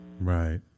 Right